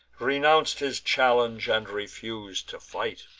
renounc'd his challenge, and refus'd to fight.